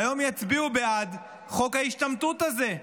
היום יצביעו בעד חוק ההשתמטות הזה.